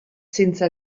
senza